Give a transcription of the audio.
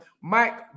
Mike